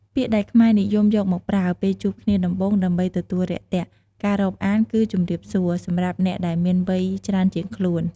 ពាក្យដែលខ្មែរនិយមយកមកប្រើ ពេលជួបគ្នាដំបូងដើម្បីទទួលរាក់ទាក់ ការរាប់អានគឺ ជំរាបសួរ សម្រាប់អ្នកដែលមានវ័យច្រើនជាងខ្លួន។